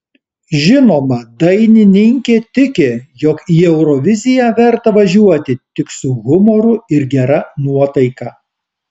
žinoma dainininkė tiki jog į euroviziją verta važiuoti tik su humoru ir gera nuotaika